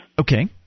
Okay